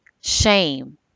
Shame